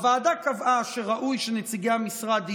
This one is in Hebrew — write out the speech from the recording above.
הוועדה קבעה שראוי שנציגי המשרד יהיו.